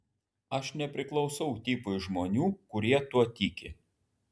aš nepriklausau tipui žmonių kurie tuo tiki